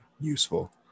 useful